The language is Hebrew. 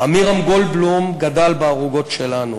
עמירם גולדבלום גדל בערוגות שלנו,